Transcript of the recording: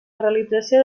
realització